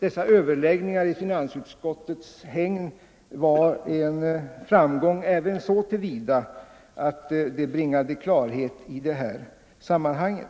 Vårens överläggningar i finansutskottet var alltså en framgång även så till vida att de medverkade till herr Ekströms klarsyn i denna fråga.